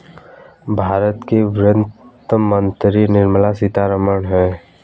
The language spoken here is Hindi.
भारत की वित्त मंत्री निर्मला सीतारमण है